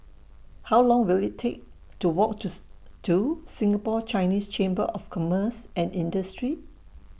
How Long Will IT Take to Walk Tooth to Singapore Chinese Chamber of Commerce and Industry